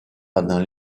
pendant